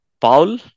Paul